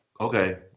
okay